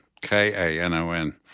K-A-N-O-N